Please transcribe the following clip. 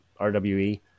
RWE